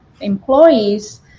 employees